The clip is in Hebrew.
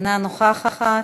אינה נוכחת,